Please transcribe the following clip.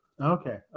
Okay